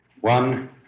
One